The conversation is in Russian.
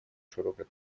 широкой